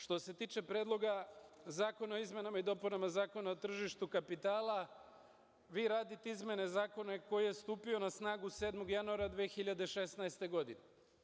Što se tiče Predloga zakona o izmenama i dopunama Zakona o tržištu kapitala, vi radite izmene zakona koji je stupio na snagu 7. januara 2016. godine.